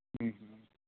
ਹੂੰ ਹੂੰ